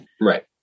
Right